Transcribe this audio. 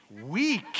Weak